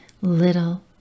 little